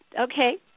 okay